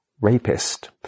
rapist